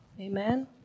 Amen